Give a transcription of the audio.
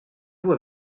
vous